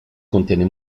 contiene